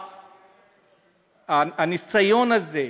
הניסיון הזה,